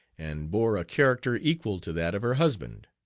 and bore a character equal to that of her husband.